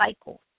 cycle